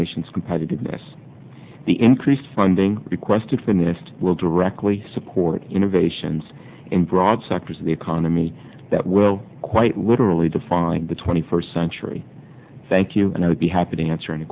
nation's competitiveness the increased funding requested finished will directly support innovations in broad sectors of the economy that will quite literally define the twenty first century thank you and i would be happy to answer any